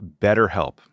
BetterHelp